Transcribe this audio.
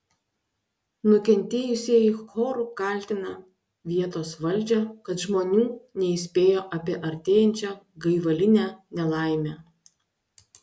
nukentėjusieji choru kaltina vietos valdžią kad žmonių neįspėjo apie artėjančią gaivalinę nelaimę